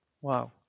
wow